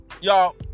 Y'all